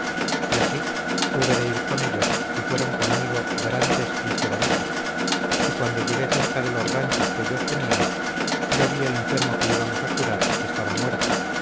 y así hube de ir con ellos y fueron conmigo dorantes y estebanico y cuando llegué cerca de los ranchos que ellos tenían yo vi el enfermo que íbamos a curar que estaba muerto